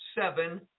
seven